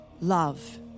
love